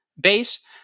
base